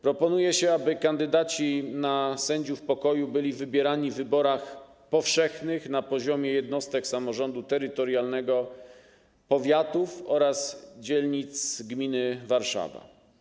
Proponuje się, aby kandydaci na sędziów pokoju byli wybierani w wyborach powszechnych na poziomie jednostek samorządu terytorialnego, powiatów oraz dzielnic gminy Warszawa.